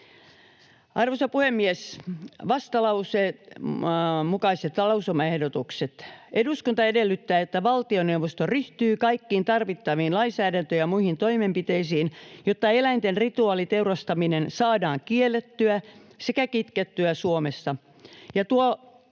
Arvoisa puhemies! Vastalauseen mukaiset lausumaehdotukset: ”Eduskunta edellyttää, että valtioneuvosto ryhtyy kaikkiin tarvittaviin lainsäädäntö- ja muihin toimenpiteisiin, jotta eläinten rituaaliteurastaminen saadaan kiellettyä sekä kitkettyä Suomessa, ja